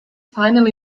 finally